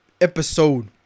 Episode